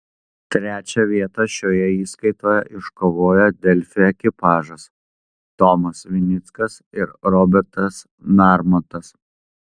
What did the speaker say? trečią vietą šioje įskaitoje iškovojo delfi ekipažas tomas vinickas ir robertas narmontas